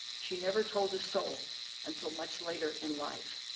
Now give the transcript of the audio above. she never told a soul until much later in life.